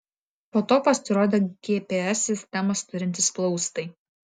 po to pasirodė gps sistemas turintys plaustai